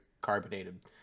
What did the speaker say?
carbonated